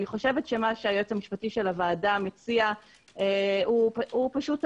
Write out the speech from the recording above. אני חושבת שמה שמציע היועץ המשפטי של הוועדה הוא טעות.